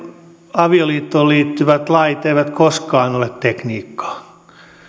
avioliittoon liittyvät lait eivät koskaan ole tekniikkaa